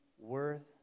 worth